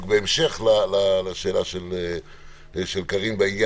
בהמשך לשאלת קארין.